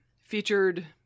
featured